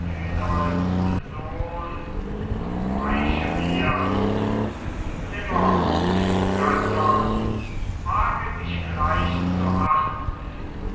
sohn und weiche mir nimmer den göttern wage dich gleich zu achten